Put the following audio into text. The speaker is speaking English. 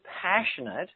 passionate